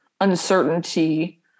uncertainty